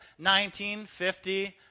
1950